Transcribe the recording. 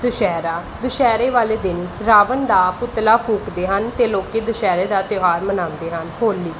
ਦੁਸਹਿਰਾ ਦੁਸਹਿਰੇ ਵਾਲੇ ਦਿਨ ਰਾਵਣ ਦਾ ਪੁਤਲਾ ਫੂਕਦੇ ਹਨ ਅਤੇ ਲੋਕ ਦੁਸਹਿਰੇ ਦਾ ਤਿਉਹਾਰ ਮਨਾਉਂਦੇ ਹਨ ਹੋਲੀ